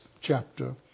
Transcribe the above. chapter